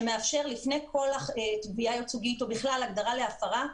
שמאפשר לפני כל תביעה ייצוגית או בכלל הגדרה להפרה,